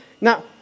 Now